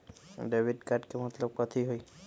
Debit card के मतलब कथी होई?